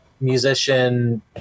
musician